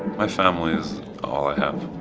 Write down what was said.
my family is all i